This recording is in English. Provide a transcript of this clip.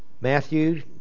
Matthew